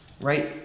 right